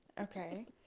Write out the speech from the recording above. okay